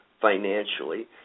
financially